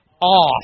off